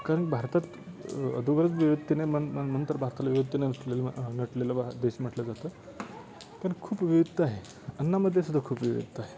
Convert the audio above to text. कारण भारतात अगोदरच विविधतेने मन म्हणतात भारतातले विविधतेने नटलेलं नटलेलं भारत देश म्हटलं जातं कारण खूप विविधता आहे अन्नामध्ये सुद्धा खूप विविधता आहे